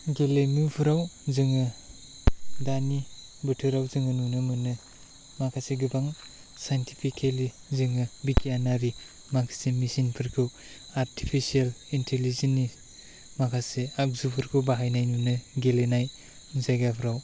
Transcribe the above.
गेलेमुफ्राव जोङो दानि बोथोराव जोङो नुनो मोनो माखासे गोबां साइन्टिपिकेलि जोङो बिगियानारि माखासे मेसिन फोरखौ आर्टिपेसियेल इन्टेलिजेन नि माखासे आगजुफोरखौ बाहायनाय मोनो गेलेनाय जायगाफ्राव